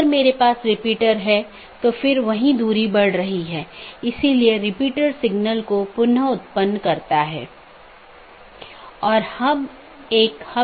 अगर हम पिछले व्याख्यान या उससे पिछले व्याख्यान में देखें तो हमने चर्चा की थी